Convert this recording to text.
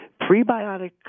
prebiotic